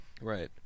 Right